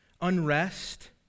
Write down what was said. unrest